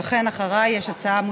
ודאי, אחריה, שלוש דקות.